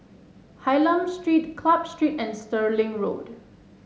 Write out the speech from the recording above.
Hylam Street Club Street and Stirling Road